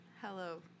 Hello